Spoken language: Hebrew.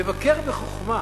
לבקר בחוכמה,